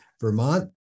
Vermont